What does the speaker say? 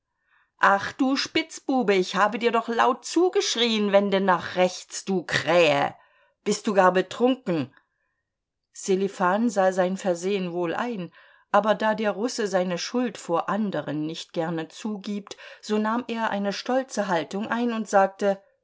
ach du spitzbube ich habe dir doch laut zugeschrien wende nach rechts du krähe bist du gar betrunken sselifan sah sein versehen wohl ein aber da der russe seine schuld vor anderen nicht gerne zugibt so nahm er eine stolze haltung ein und sagte